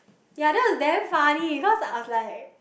ya that was damn funny I was like